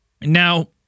Now